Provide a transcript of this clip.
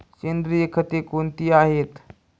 सेंद्रिय खते कोणती आहेत?